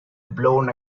blown